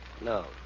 No